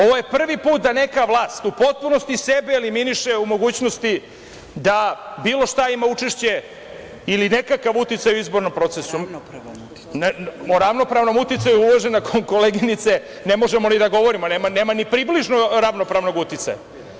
Ovo je prvi put da neka vlast u potpunosti sebe eliminiše u mogućnosti da bila šta ima učešće ili nekakav uticaj u izbornom procesu. (Aleksandra Tomić: Ravnopravan uticaj.) O ravnopravnom uticaju, uvažena koleginice, ne možemo ni da govorimo, nema ni približno ravnopravnog uticaja.